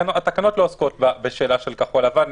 התקנות לא עוסקות בשאלה של כחול-לבן,